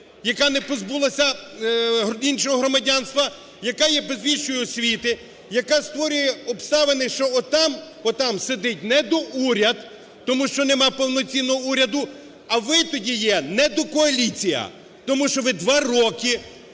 яка не позбулася громадянства, яка є без вищої освіти, яка створює, що отам, отам сидить недоуряд, тому що нема повноцінного уряду. А ви тоді є недокоаліція, тому що ви два роки